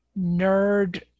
nerd